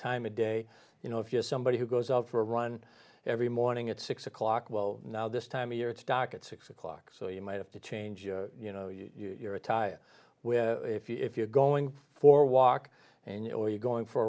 time of day you know if you're somebody who goes out for a run every morning at six o'clock well now this time of year it's dock at six o'clock so you might have to change your you know you're a tie with if you're going for walk and or you're going for